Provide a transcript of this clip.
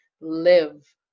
live